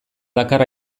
dakar